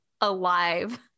alive